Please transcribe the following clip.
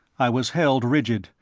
i was held rigid,